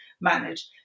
manage